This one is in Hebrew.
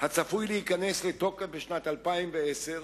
הצפוי להיכנס לתוקף בשנת 2010,